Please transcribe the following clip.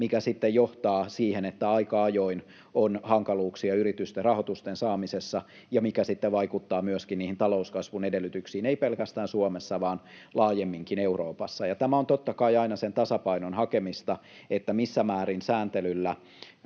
mikä sitten johtaa siihen, että aika ajoin on hankaluuksia yritysten rahoitusten saamisessa, mikä sitten vaikuttaa myöskin talouskasvun edellytyksiin ei pelkästään Suomessa vaan laajemminkin Euroopassa. Ja tämä on totta kai aina sen tasapainon hakemista, että missä määrin sääntelyllä